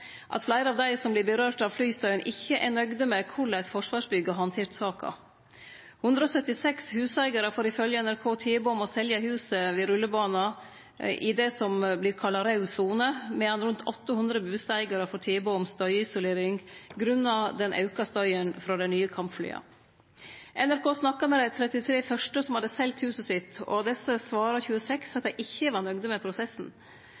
at fleire av dei som vert råka av flystøyen, ikkje er nøgde med korleis Forsvarsbygg har handtert saka. 176 huseigarar får ifølgje NRK tilbod om å selje huset ved rullebana i det som vert kalla raud sone, medan rundt 800 bustadeigarar får tilbod om støyisolering på grunn av den auka støyen frå dei nye kampflya. NRK snakka med dei 33 første som hadde selt huset sitt, og av desse svara 26 at dei ikkje var nøgde med prosessen.